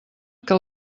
que